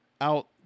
out